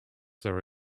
there